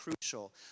crucial